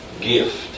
gift